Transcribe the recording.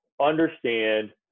understand